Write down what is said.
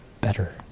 better